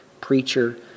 preacher